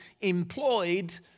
employed